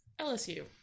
LSU